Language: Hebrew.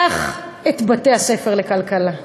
קח את בתי-הספר לכלכלה,